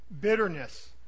bitterness